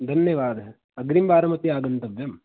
धन्यवादः अग्रिमवारमपि आगन्तव्यं